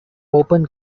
open